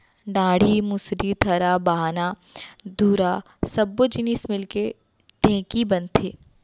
डांड़ी, मुसरी, थरा, बाहना, धुरा सब्बो जिनिस मिलके ढेंकी बनथे